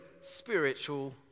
spiritual